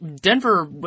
Denver